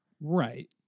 Right